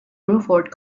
bruford